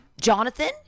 Jonathan